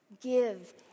give